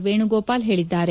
ವೇಣುಗೋಪಾಲ್ ಹೇಳಿದ್ದಾರೆ